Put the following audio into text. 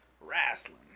Wrestling